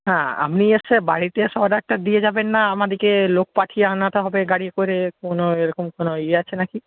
হ্যাঁ আপনি এসে বাড়িতে এসে অর্ডারটা দিয়ে যাবেন না আমাদেরকে লোক পাঠিয়ে আনাতে হবে গাড়ি করে কোনও এরকম কোনও ইয়ে আছে না কি